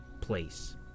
place